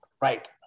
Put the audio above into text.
Right